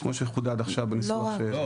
כמו שחודד עכשיו במסמך.